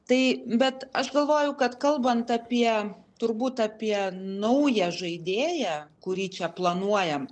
tai bet aš galvoju kad kalbant apie turbūt apie naują žaidėją kurį čia planuojam